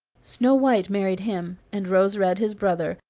snow-white married him, and rose-red his brother,